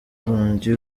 rongi